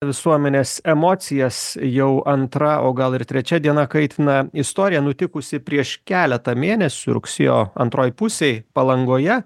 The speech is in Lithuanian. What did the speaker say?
visuomenės emocijas jau antra o gal ir trečia diena kaitina istorija nutikusi prieš keletą mėnesių rugsėjo antroj pusėj palangoje